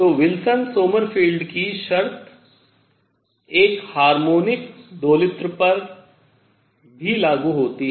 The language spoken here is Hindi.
तो विल्सन सोमरफेल्ड की शर्त एक हार्मोनिक दोलित्र पर लागू होती है